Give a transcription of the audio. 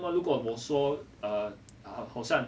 那么如果我说 err err 好像